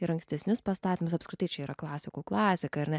ir ankstesnius pastatymus apskritai čia yra klasikų klasika ar ne